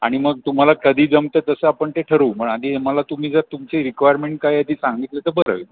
आणि मग तुम्हाला कधी जमतं तसं आपण ते ठरवू म्हण आधी मला तुम्ही जर तुमची रिक्वायरमेंट काय आहे ती सांगितलं तर बरं होईल